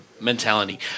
Mentality